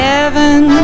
Heaven